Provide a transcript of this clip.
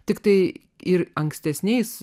tiktai ir ankstesniais